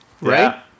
Right